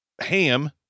ham